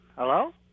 Hello